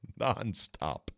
nonstop